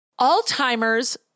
Alzheimer's